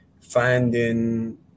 finding